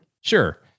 Sure